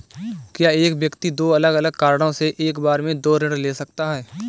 क्या एक व्यक्ति दो अलग अलग कारणों से एक बार में दो ऋण ले सकता है?